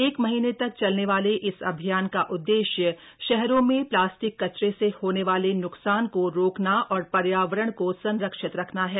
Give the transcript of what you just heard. एक महीने तक चलने वाले इस अभियान का उद्देश्य शहरों में प्लास्टिक कचरे से होने वाले न्कसान को रोकना और पर्यावरण को संरक्षित रखना है